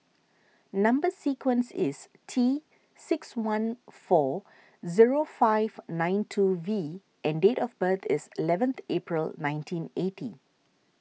Number Sequence is T six one four zero five nine two V and date of birth is eleven April nineteen eighty